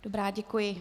Dobrá, děkuji.